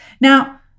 now